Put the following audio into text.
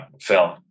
film